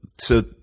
so,